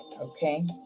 okay